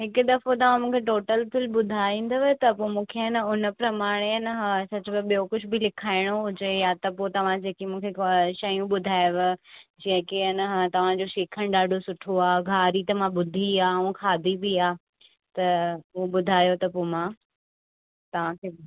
हिकु दफ़ो तव्हां मूंखे टोटल बिल ॿुधाईंदव त पोइ मूंखे आहे न उन प्रमाणे आहे न हा छा चइबो आहे ॿियो कुझु बि लिखाइणो हुजे या त पोइ तव्हां जेकी मूंखे अ शयूं ॿुधायव जेके आहे न हा तव्हांजो श्रीखंड ॾाढो सुठो आहे घारी त मां ॿुधी आहे ऐं खाधी बि आहे त उहो ॿुधायो त मां तव्हांखे